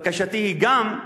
בקשתי היא גם,